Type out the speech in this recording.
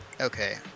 Okay